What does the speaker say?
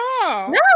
no